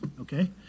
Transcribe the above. okay